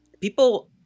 people